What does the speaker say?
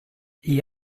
gli